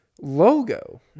logo